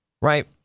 Right